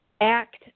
act